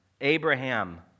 Abraham